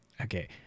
Okay